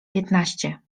piętnaście